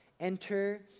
enter